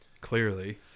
clearly